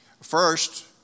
First